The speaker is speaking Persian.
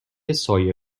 سایه